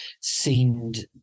seemed